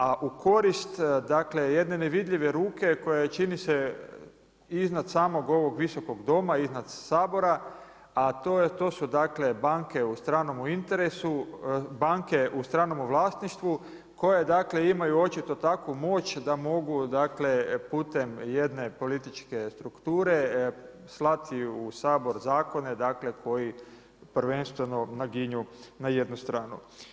A u korist dakle jedne nevidljive ruke koja je čini se iznad samog ovog visokog Doma, iznad Sabora, a to su dakle banke u stranome interesu, banke u stranome vlasništvu koje imaju očito takvu moć, da mogu putem jedne političke strukture slati u Sabor zakone koji prvenstveno naginju na jednu stranu.